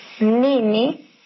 Nini